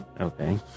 Okay